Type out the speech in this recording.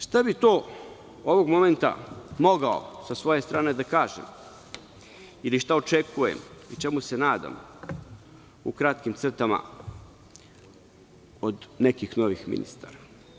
Šta bi to ovog momenta mogao sa svoje strane da kažem, ili šta očekujem i čemu se nadam, u kratkim crtama, od nekih novih ministara?